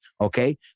okay